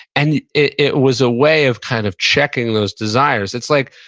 and it it was a way of kind of checking those desires. it's like,